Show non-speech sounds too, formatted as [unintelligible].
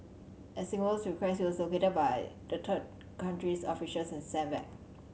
at Singapore's request he was located by the [unintelligible] country's officials and sent back